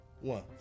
one